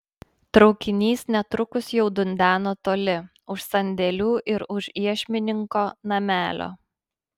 traukinys netrukus jau dundeno toli už sandėlių ir už iešmininko namelio